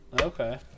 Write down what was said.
Okay